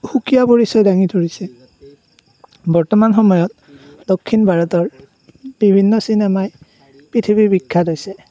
সুকীয়া পৰিচয় দাঙি ধৰিছে বৰ্তমান সময়ত দক্ষিণ ভাৰতৰ বিভিন্ন চিনেমাই পৃথিৱী বিখ্যাত হৈছে